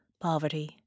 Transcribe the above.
Poverty